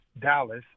dallas